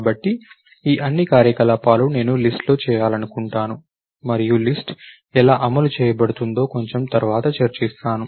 కాబట్టి ఈ అన్ని కార్యకలాపాలు నేను లిస్ట్ లో చేయాలనుకుంటాను మనము లిస్ట్ ఎలా అమలు చేయబడుతుందో కొంచెం తర్వాత చర్చిస్తాము